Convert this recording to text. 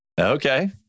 Okay